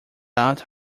out